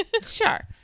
Sure